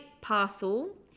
parcel